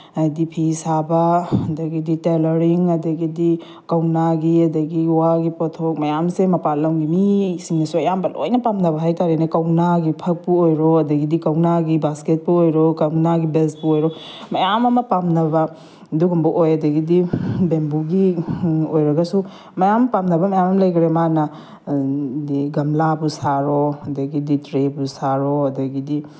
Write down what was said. ꯍꯥꯏꯗꯤ ꯐꯤ ꯁꯥꯕ ꯑꯗꯒꯤꯗꯤ ꯇꯦꯂꯔꯤꯡ ꯑꯗꯒꯤꯗꯤ ꯀꯧꯅꯥꯒꯤ ꯑꯗꯒꯤ ꯋꯥꯒꯤ ꯄꯣꯠꯊꯣꯛ ꯃꯌꯥꯝꯁꯦ ꯃꯄꯥꯜꯂꯝꯒꯤ ꯃꯤꯁꯤꯡꯅꯁꯨ ꯑꯌꯥꯝꯕ ꯂꯣꯏꯅ ꯄꯥꯝꯅꯕ ꯍꯥꯏ ꯇꯥꯔꯦꯅꯦ ꯀꯧꯅꯥꯒꯤ ꯐꯛꯄꯨ ꯑꯣꯏꯔꯣ ꯑꯗꯒꯤꯗꯤ ꯀꯧꯅꯥꯒꯤ ꯕꯥꯁꯀꯦꯠꯄꯨ ꯑꯣꯏꯔꯣ ꯀꯧꯅꯥꯒꯤ ꯕꯦꯁꯄꯨ ꯑꯣꯏꯔꯣ ꯃꯌꯥꯝ ꯑꯃ ꯄꯥꯝꯅꯕ ꯑꯗꯨꯒꯨꯝꯕ ꯑꯣꯏ ꯑꯗꯒꯤꯗꯤ ꯕꯦꯝꯕꯨꯒꯤ ꯑꯣꯏꯔꯒꯁꯨ ꯃꯌꯥꯝ ꯄꯥꯝꯅꯕ ꯃꯌꯥꯝ ꯂꯩꯈ꯭ꯔꯦ ꯃꯥꯅ ꯍꯥꯏꯗꯤ ꯒꯝꯂꯥꯕꯨ ꯁꯥꯔꯣ ꯑꯗꯒꯤꯗꯤ ꯇ꯭ꯔꯦꯕꯨ ꯁꯥꯔꯣ ꯑꯗꯒꯤꯗꯤ